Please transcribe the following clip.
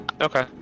Okay